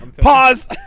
Pause